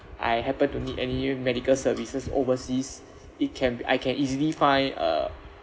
I happened to need any medical services overseas it can be I can easily find a